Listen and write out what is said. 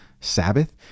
Sabbath